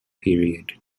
period